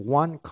one